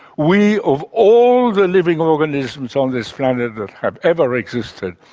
we of all the living organisms on this planet that have ever existed,